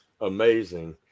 amazing